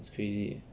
it's crazy